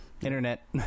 Internet